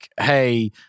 Hey